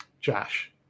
Josh